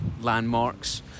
landmarks